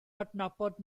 adnabod